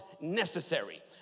necessary